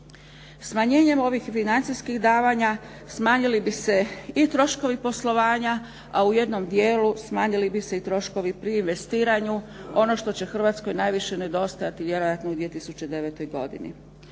Smanjenjem ovih financijskih davanja smanjili bi se i troškovi poslovanja u jednom dijelu smanjili bi se i troškovi pri investiranju, ono što će Hrvatskoj najviše nedostajati vjerojatno u 2009. godini.